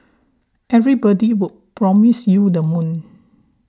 everybody would promise you the moon